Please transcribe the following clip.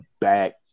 back